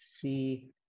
see